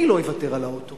אני לא אוותר על האוטו